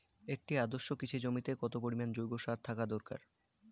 একটি আদর্শ কৃষি জমিতে কত পরিমাণ জৈব সার থাকা দরকার?